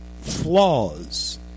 flaws